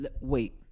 Wait